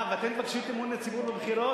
ואתם מבקשים את אמון הציבור בבחירות?